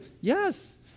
Yes